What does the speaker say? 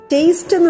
Taste